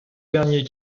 dernier